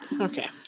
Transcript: Okay